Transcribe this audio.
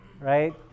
right